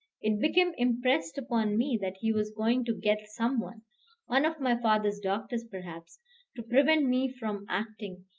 it became impressed upon me that he was going to get some one one of my father's doctors, perhaps to prevent me from acting,